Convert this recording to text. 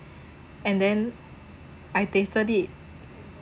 and then I tasted it